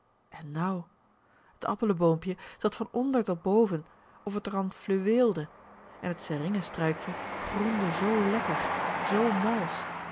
en nou t appelenboompje zat van onder tot boven of t r an fluweelde en t seringen struikje groende zoo lekker zoo malsch